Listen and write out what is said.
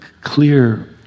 clear